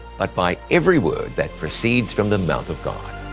but by every word that proceeds from the mouth of god.